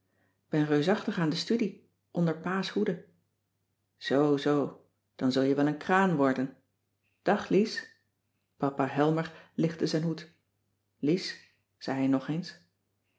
ben reusachtig aan de studie onder pa's hoede zoo zoo dan zul jij wel een kraan worden dag lies papa helmer lichtte zijn hoed lies zei hij nog eens